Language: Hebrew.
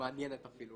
מעניינת אפילו